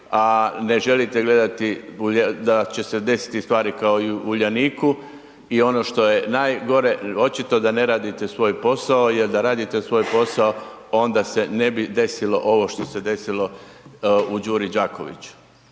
a ne želite gledati da će se desiti stvari kao i u Uljaniku i ono što je najgore, očito da ne radite svoj posao jer da radite svoj posao onda se ne bi desilo ovo što se desilo u Đuri Đaković,